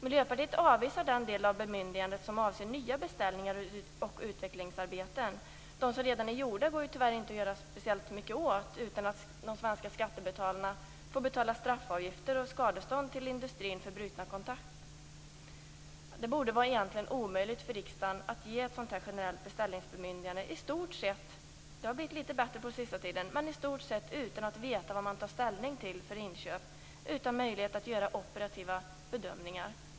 Miljöpartiet avvisar den del av bemyndigandet som avser nya beställningar och utvecklingsarbeten. De som redan är gjorda går det tyvärr inte att göra så mycket åt utan att de svenska skattebetalarna får betala straffavgifter och skadestånd till industrin för brutna kontrakt. Det borde egentligen vara omöjligt för riksdagen att ge ett generellt beställningsbemyndigande i stort sett - det har blivit litet bättre på senare tid - utan att veta vad man tar ställning till för inköp och utan möjlighet att göra operativa bedömningar.